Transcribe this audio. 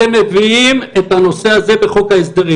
כי אני רואה איך --- אתם מביאים את הנושא הזה בחוק ההסדרים,